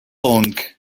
long